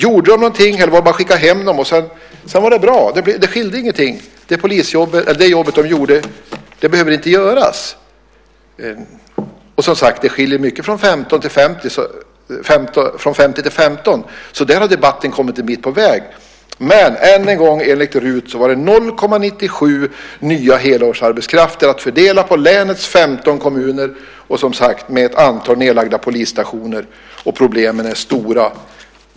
Gjorde de någonting eller var det bara att skicka hem dem, och sedan var det bra? Skilde det ingenting? Behöver inte det jobb som de gjorde göras? Och som sagt - det skiljer mycket från 50 till 15. Där har debatten kommit en bit på väg. Men än en gång var det enligt RUT 0,97 nya helårsarbetskrafter att fördela på länets 15 kommuner, och detta var med ett antal nedlagda polisstationer. Problemen är stora.